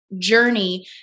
journey